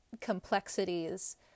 complexities